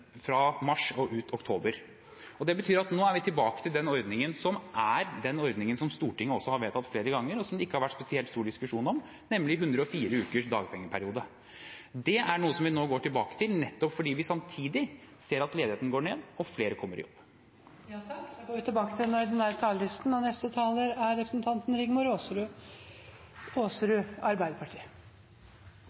ordningen som er den ordningen som Stortinget har vedtatt flere ganger, og som det ikke har vært spesielt stor diskusjon om, nemlig 104 ukers dagpengeperiode. Det er noe vi nå går tilbake til, nettopp fordi vi samtidig ser at ledigheten går ned og flere kommer i jobb. Replikkordskiftet er omme. De talere som heretter får ordet, har en taletid på inntil 3 minutter. Hvis man ønsker å stå opp for dem som har kommet dårlig ut gjennom koronasituasjonen, stemmer man for det forslaget som er